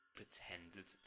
pretended